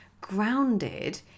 grounded